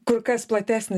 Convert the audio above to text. kur kas platesnį